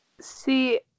See